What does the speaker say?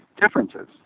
differences